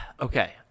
Okay